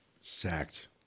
sacked